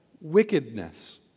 wickedness